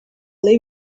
live